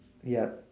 yet